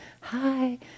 hi